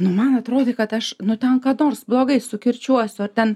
nu man atrodė kad aš nu ten ką nors blogai sukirčiuosiu ar ten